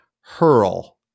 hurl